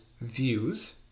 views